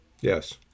Yes